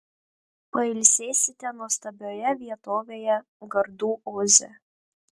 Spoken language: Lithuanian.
pailsėsite nuostabioje vietovėje gardų oze